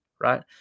right